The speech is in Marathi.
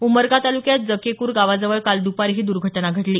उमरगा तालुक्यात जकेक्र गावाजवळ काल दपारी ही दुर्घटना घडली